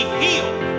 healed